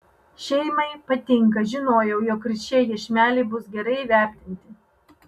šeimai patinka žinojau jog ir šie iešmeliai bus gerai įvertinti